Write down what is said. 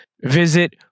Visit